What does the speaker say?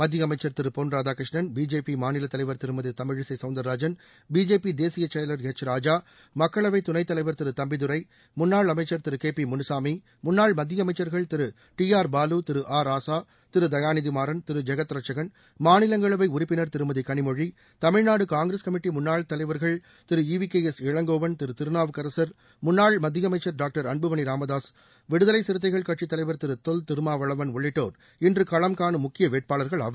மத்திய அமைச்சர் திரு பொன் ராதாகிருஷ்ணன் பிஜேபி மாநில தலைவர் திருமதி தமிழிசை சவுந்திரராஜன் பிஜேபி தேசிய செயலாளர் எச் ராஜா மக்களவைத் துணைத்தலைவா் திரு தம்பிதுரை திரு கே பி முனுசாமி முன்னாள் மத்திய அமைச்சள்கள் திரு டி ஆர் பாலு திரு முன்னாள் அமைச்சர் அ ராசா திரு தயாநிதிமாறன் திரு ஜெகத்ரட்சகன் மாநிலங்களவை உறுப்பினர் திருமதி கனிமொழி தமிழ்நாடு காங்கிரஸ் கமிட்டி முன்னாள் தலைவர்கள் Thiru E V K S Elangovan Thiru Thirunavukkarasar முன்னாள் மத்திய அமைக்கா் டாக்டர் அன்புமணி ராமதாக விடுதலை சிறுத்தைகள் கட்சித்தலைவர் திரு தொல் திருமா வளவன் உள்ளிட்டோர் இன்று களம் கானும் முக்கிய வேட்பாளர்கள் ஆவர்